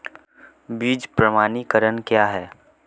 बीज प्रमाणीकरण क्या है?